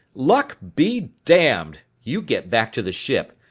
luck be damned! you get back to the ship.